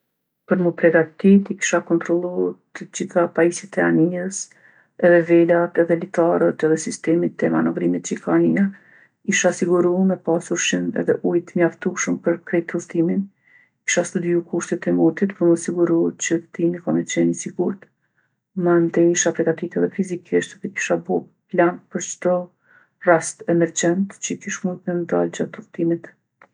Për mu pregatitë i kisha kontrollu të gjitha pajisjet e anijes edhe velat edhe litarët edhe sistemet e manovrimit që i ka anija. Isha siguru me pasë ushqim edhe ujë t'mjaftushëm pë krejt udhtimin. Kisha studiju kushtet e motit për mu siguru që udhtimi ka me qenë i sigurtë. Mandej isha pregaditë edhe fizikisht, kisha bo plan për çdo rast emergjent q'i kish mujt me m'dal gjatë udhtimit.